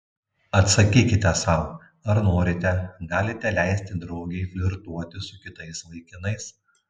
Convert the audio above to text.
atsakykite sau ar norite galite leisti draugei flirtuoti su kitais vaikinais